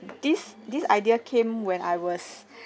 this this idea came when I was